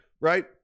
Right